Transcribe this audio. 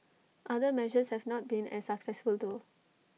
other measures have not been as successful though